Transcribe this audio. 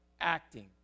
acting